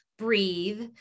breathe